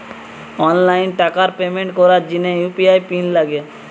online টাকার payment করার জিনে ইউ.পি.আই পিন লাগে